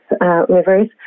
rivers